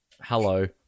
Hello